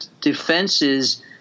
defenses